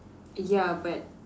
ya but